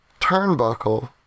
Turnbuckle